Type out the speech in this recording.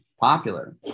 popular